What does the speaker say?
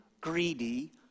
greedy